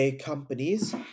companies